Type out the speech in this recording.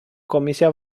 comisia